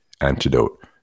antidote